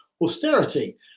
austerity